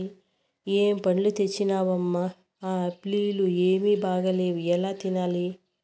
ఏం పండ్లు తెచ్చినవమ్మ, ఆ ఆప్పీల్లు ఏమీ బాగాలేవు ఎలా తినాలి